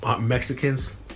Mexicans